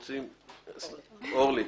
ממרכז המחקר והמידע.